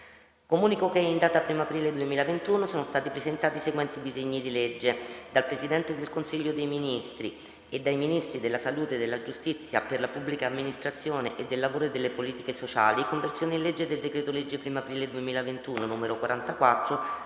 Comunico che in data 1[o] aprile 2021, sono stati presentati i seguenti disegni di legge: dal Presidente del Consiglio dei ministri e dai Ministri della salute; della giustizia: della pubblica amministrazione; e del lavoro e delle politi- che sociali «Conversione in legge del decreto-legge 1[o] aprile 2021, n. 44,